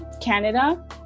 Canada